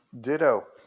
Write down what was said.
Ditto